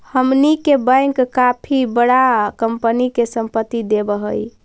हमनी के बैंक काफी बडा कंपनी के संपत्ति देवऽ हइ